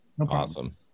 Awesome